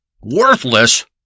worthless